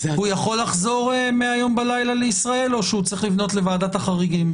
הוא יכול לחזור מהלילה לישראל או שהוא צריך לפנות לוועדת החריגים?